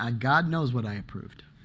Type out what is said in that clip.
ah god knows what i approved.